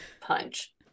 punch